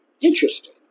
Interesting